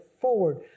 forward